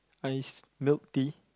iced milk tea